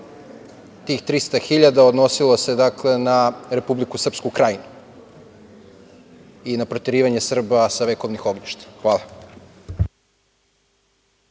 tih 300.000 odnosilo se na Republiku Srpsku Krajinu i na proterivanje Srba sa vekovnih ognjišta. Hvala.